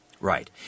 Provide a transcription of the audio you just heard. Right